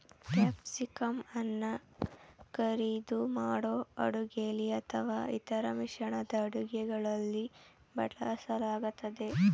ಕ್ಯಾಪ್ಸಿಕಂಅನ್ನ ಕರಿದು ಮಾಡೋ ಅಡುಗೆಲಿ ಅಥವಾ ಇತರ ಮಿಶ್ರಣದ ಅಡುಗೆಗಳಲ್ಲಿ ಬಳಸಲಾಗ್ತದೆ